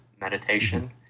meditation